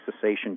cessation